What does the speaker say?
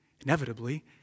inevitably